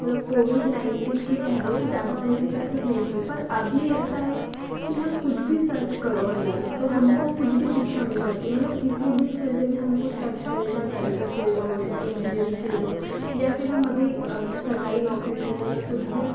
मतलब covid nineteen के पहले ज़्यादा ऑनलाइन क्लासेस नहीं थी पर अभी ऐसा है कि हम कुछ भी सर्च करो ऑनलाइन तो हमको कुछ भी शिक्षा मिल जाती है मतलब किसी भी फ़िल्ड में हम कुछ सर्च करें चाहे मेडिकल फिल्ड हो चाहे इंजिनीयरिंग फिल्ड हो या फ़िर हम अभी सरकारी नौकरी के लिए अगर कुछ भी